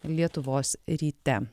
lietuvos ryte